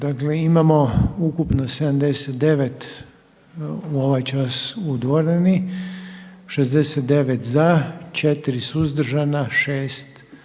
Dakle imamo ukupno 79 ovaj čas u dvorani, 69 za, 4 suzdržana, 6